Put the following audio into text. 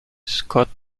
scott